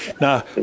Now